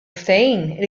ftehim